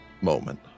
moment